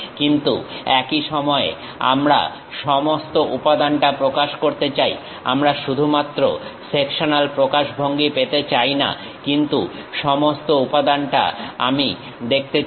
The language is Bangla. কিন্তু একই সময়ে আমরা সমস্ত উপাদানটা প্রকাশ করতে চাই আমরা শুধুমাত্র সেকশনাল প্রকাশভঙ্গি পেতে চাইনা কিন্তু সমস্ত উপাদানটাই আমি দেখতে চাই